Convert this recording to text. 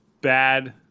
bad